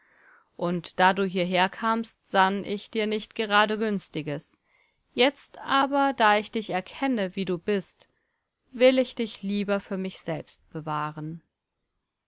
und da du hierherkamst sann ich dir nicht gerade günstiges jetzt aber da ich dich erkenne wie du bist will ich dich lieber für mich selbst bewahren